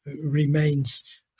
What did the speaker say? remains